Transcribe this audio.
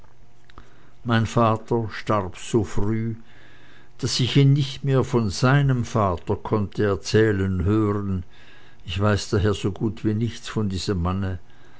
mein vater starb so früh daß ich ihn nicht mehr von seinem vater konnte erzählen hören ich weiß daher so gut wie nichts von diesem manne